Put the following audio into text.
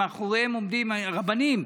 שמאחוריהם עומדים רבנים,